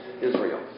Israel